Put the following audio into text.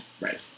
Right